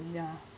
ya